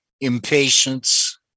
impatience